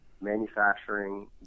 manufacturing